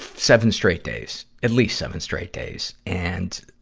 seven straight days. at least seven straight days. and,